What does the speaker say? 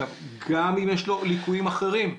גם אם יש לו ליקויים אחרים,